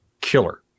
killer